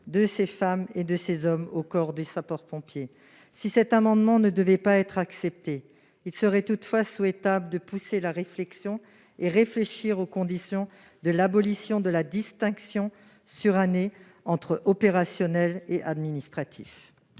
de ces femmes et de ces hommes au corps des sapeurs-pompiers. Si cet amendement ne devait pas être adopté, il serait souhaitable de pousser la réflexion sur les conditions de l'abolition de la distinction surannée entre opérationnels et administratifs.